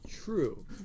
True